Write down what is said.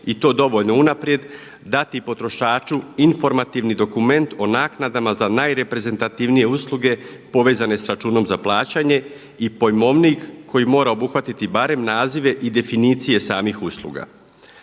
i to dovoljno unaprijed dati potrošaču informativni dokument o naknadama za najreprezentativnije usluge povezane sa čunom za plaćanje i pojmovnik koji mora obuhvatiti barem nazive i definicije samih usluga.